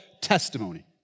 testimony